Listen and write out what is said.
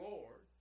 Lord